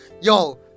Yo